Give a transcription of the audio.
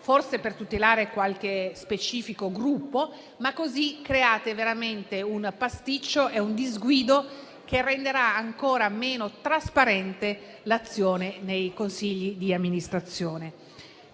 forse per tutelare qualche specifico gruppo, ma così generate veramente un pasticcio e un disguido che renderà ancora meno trasparente l'azione nei consigli di amministrazione.